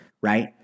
right